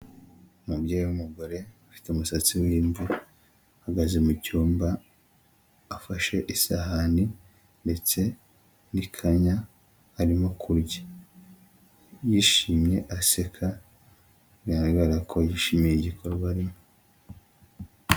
Umubyeyi w'umugore ufite umusatsi w'imvi, uhagaze mu cyumba afashe isahani ndetse n'ikanya arimo kurya yishimye, aseka bigaragara ko yishimiye igikorwa arimo.